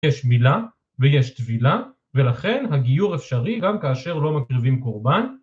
יש מילה ויש טבילה ולכן הגיור אפשרי גם כאשר לא מקריבים קורבן